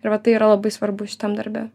ir va tai yra labai svarbu šitam darbe